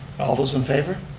all those in favor?